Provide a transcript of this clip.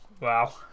Wow